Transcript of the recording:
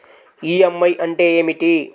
EMI అంటే ఏమిటి?